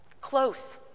close